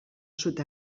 sud